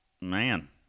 Man